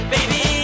Baby